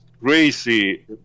crazy